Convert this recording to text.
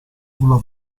sulla